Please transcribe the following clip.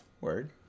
word